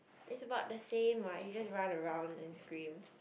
it's about the same what you just run around and scream